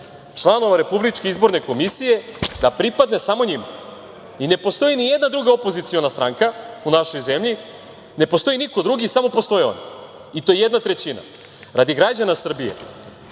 članova RIK-a da pripadne samo njima. I ne postoji nijedna druga opoziciona stranka u našoj zemlji, ne postoji niko drugi, samo postoje oni, i to jedna trećina. Radi građana Srbije,